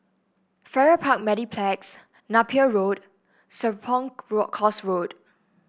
Farrer Park Mediplex Napier Road Serapong Course Road